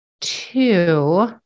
Two